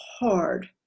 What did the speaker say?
hard